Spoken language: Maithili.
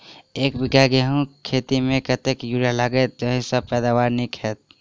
एक बीघा गेंहूँ खेती मे कतेक यूरिया लागतै जयसँ पैदावार नीक हेतइ?